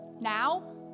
now